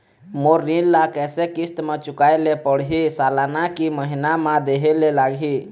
मोर ऋण ला कैसे किस्त म चुकाए ले पढ़िही, सालाना की महीना मा देहे ले लागही?